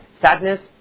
Sadness